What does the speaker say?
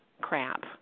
crap